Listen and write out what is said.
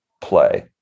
play